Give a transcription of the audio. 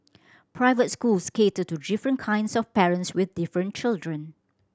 private schools cater to different kinds of parents with different children